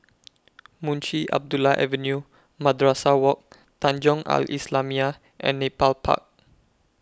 Munshi Abdullah Avenue Madrasah Wak Tanjong Al Islamiah and Nepal Park